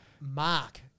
Mark